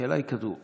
השאלה היא כזו: